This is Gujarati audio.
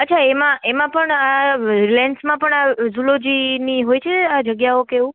અચ્છા એમાં એમાં પણ લેન્સમાં પણ ઝૂલોજીની હોય છે જગ્યાઓ કે એવું